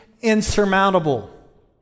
insurmountable